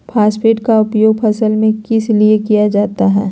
Phosphate की उपयोग फसल में किस लिए किया जाता है?